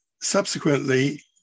Subsequently